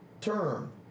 term